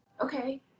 okay